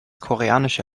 koreanische